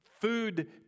Food